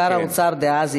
שר האוצר דאז,